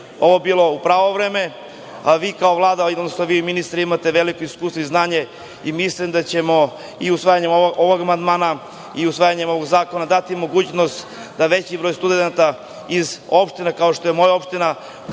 ovo bilo u pravo vreme, a vi kao Vlada, odnosno vi ministri imate veliko iskustvo i znanje i mislim da ćemo i usvajanjem ovog amandmana i usvajanjem ovog zakona dati mogućnost da veći broj studenata iz opština kao što je moja opština,